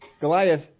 Goliath